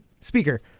speaker